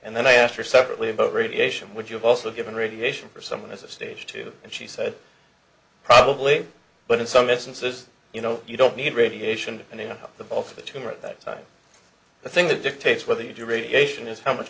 and then i asked her separately about radiation would you have also given radiation for someone as of stage two and she said probably but in some instances you know you don't need radiation and you know the off the tumor at that time the thing that dictates whether you do radiation is how much